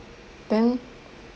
then